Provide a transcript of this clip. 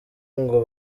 ngo